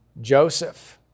Joseph